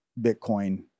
Bitcoin